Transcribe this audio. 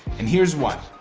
and here's why.